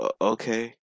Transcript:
okay